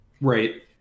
Right